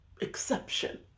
exception